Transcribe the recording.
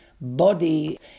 body